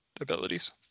abilities